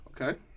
Okay